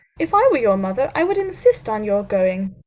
if i were your mother i would insist on your going.